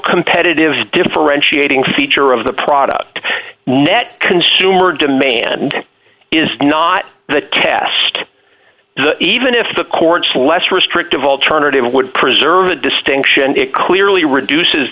competitive differentiating feature of the product net consumer demand is not the test even if the courts less restrictive alternative would preserve the distinction and it clearly reduces